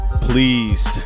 Please